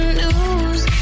news